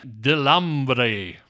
Delambre